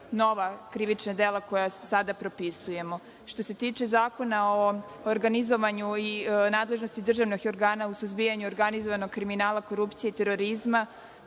nova krivična dela koja sada propisujemo. Što se tiče Zakona o organizovanju i nadležnosti državnih organa u suzbijanju organizovanog kriminala, korupcije i terorizma,